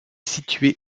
située